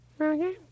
Okay